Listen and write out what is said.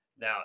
Now